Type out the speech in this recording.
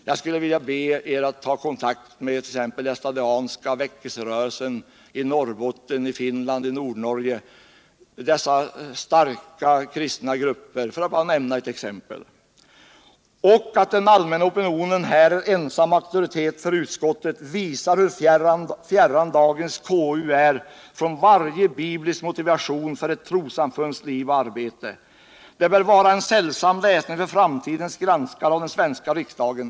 Jag skulle vilja be er att ta kontakt med t.ex. Lestadianska väckelserörelsen i Norrbotten, i Finland, i Nordnorge — där det finns vissa starka kristna grupper - för att bara nämna några exempel. Att ”den allmänna opinionen” här är ensam auktoritet för utskottet visar hur fjärran dagens KU är från varje biblisk motivation för ett trossamfunds liv och arbete. Det bör vara en sällsam läsning för framtidens granskare av den svenska riksdagen!